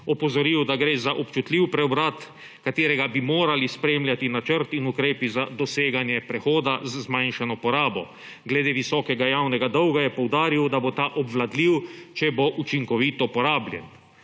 opozoril, da gre za občutljiv preobrat, ki bi ga morali spremljati načrt in ukrepi za doseganje prehoda z zmanjšano porabo. Glede visokega javnega dolga je poudaril, da bo ta obvladljiv, če bo učinkovito porabljen.